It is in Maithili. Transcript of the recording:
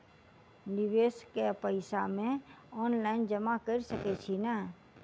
निवेश केँ पैसा मे ऑनलाइन जमा कैर सकै छी नै?